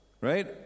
right